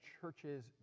churches